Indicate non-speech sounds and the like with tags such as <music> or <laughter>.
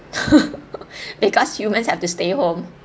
<laughs> because humans have to stay at home